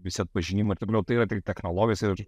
visi atpažinimo ir taip toliau tai yra tik technologijos ir